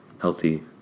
healthy